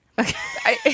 Okay